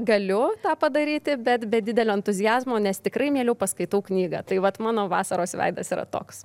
galiu tą padaryti bet be didelio entuziazmo nes tikrai mieliau paskaitau knygą tai vat mano vasaros veidas yra toks